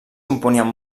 componien